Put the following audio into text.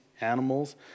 animals